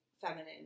feminine